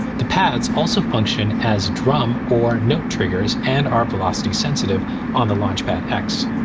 the pads also function as drum or note triggers and are velocity sensitive on the launchpad x.